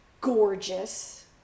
gorgeous